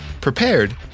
prepared